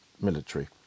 military